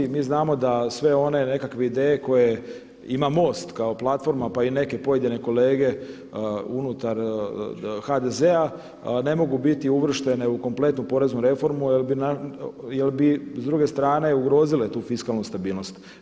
Mi znamo da sve one nekakve ideje koje ima MOST kao platforma pa i neke pojedine kolege unutar HDZ-a ne mogu biti uvrštene u kompletnu poreznu reformu jel bi s druge strane ugrozile tu fiskalnu stabilnost.